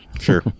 Sure